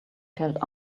felt